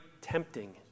tempting